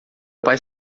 pai